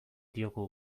diogu